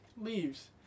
leaves